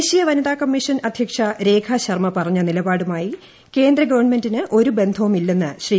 ദേശീയ വനിതാ കമ്മീഷൻ അദ്ധ്യക്ഷ രേഖാ ശർമ്മ പറഞ്ഞ നിലപാടുമായി കേന്ദ്ര ഗവൺമെന്റിന് ഒരു ബന്ധവുമില്ലെന്ന് ശ്രീ